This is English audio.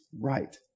right